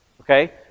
Okay